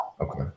Okay